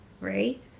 right